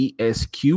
ESQ